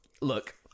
look